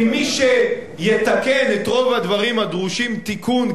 כי מי שיתקן את רוב הדברים הדרושים תיקון,